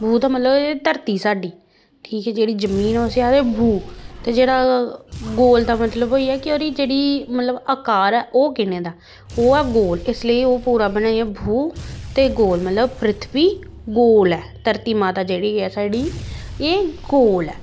भू दा मतलब होएआ धरती साड्डी ठीक ऐ जेह्ड़ी जमीन ऐ उसी आखदे भू ते जेह्ड़ा गोल दा मतलब होई गेआ कि ओह्दी मतलब जेह्ड़ी अकार ऐ ओह् कनेहा ऐ ओह् ऐ गोल इस लेई ओह् पूरा बनी गेई भू ते गोल मतलब पृथ्वी गोल ऐ धरती माता जेह्ड़ी ऐ साढ़ी एह् गोल ऐ